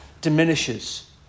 diminishes